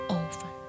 over